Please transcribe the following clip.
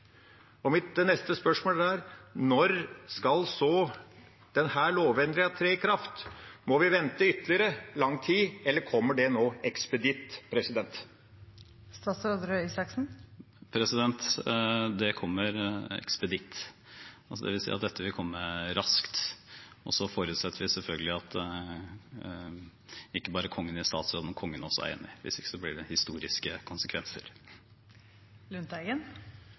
kraft? Må vi vente i ytterligere lang tid, eller kommer det nå – ekspeditt? Det kommer ekspeditt. Det vil si at dette vil komme raskt. Så forutsetter vi selvfølgelig at ikke bare Kongen i statsråd, men også Kongen er enig – hvis ikke blir det historiske